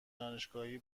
دانشگاهی